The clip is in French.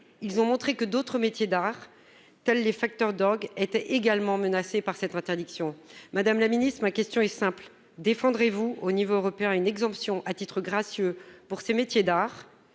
qui ont montré que d'autres métiers d'art, tels les facteurs d'orgues, étaient également menacés par cette interdiction. Madame la secrétaire d'État, ma question est simple : défendrez-vous à l'échelon européen une exemption à titre gracieux pour ces métiers d'art ?